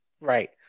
Right